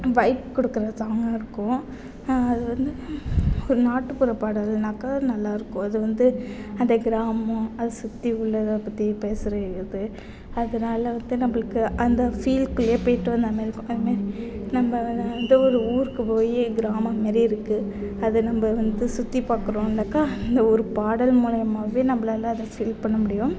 vibe கொடுக்குற சாங்காயிருக்கும் அது வந்து ஒரு நாட்டுப்புற பாடலுனாக்கால் நல்லாயிருக்கும் அது வந்து அந்த கிராமம் அதை சுற்றி உள்ளதை பற்றி பேசுகிற இது அதனால வந்து நம்மளுக்கு அந்த ஃபீல்க்குள்ளேயே போய்விட்டு வந்த மாதிரி இருக்கும் நம்மலாம் வந்து ஒரு ஊருக்கு போய் கிராமம் மாதிரி இருக்குது அதை நம்ம வந்து சுற்றி பார்க்குறோனாக்கா அந்த ஒரு பாடல் மூலயமாவே நம்மளால அதை ஃபீல் பண்ண முடியும்